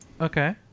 Okay